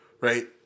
right